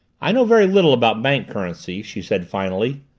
i know very little about bank-currency, she said finally.